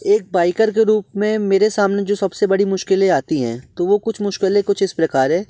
एक बाइकर के रूप में मेरे सामने जो सबसे बड़ी मुश्किलें आती हैं तो वो कुछ मुश्किलें कुछ इस प्रकार हैं